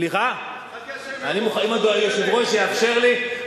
אם היושב-ראש יאפשר לי,